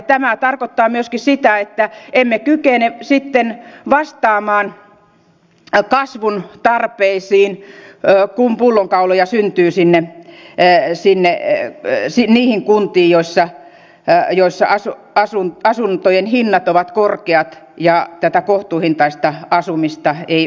tämä tarkoittaa myöskin sitä että emme kykene sitten vastaamaan kasvun tarpeisiin kun pullonkauloja syntyy niihin kuntiin joissa asuntojen hinnat ovat korkeat ja tätä kohtuuhintaista asumista ei ole